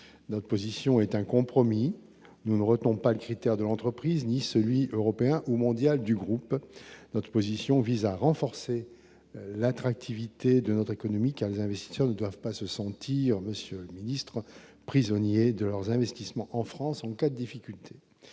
notre position est un compromis : nous ne retenons pas le critère de l'entreprise ni celui européen ou mondial du groupe notre position, vise à renforcer l'attractivité de notre économie, car les investisseurs ne doivent pas se sentir Monsieur le ministre, prisonniers de leurs investissements en France enquête difficultés,